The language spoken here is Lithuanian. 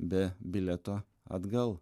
be bilieto atgal